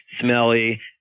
smelly